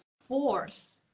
force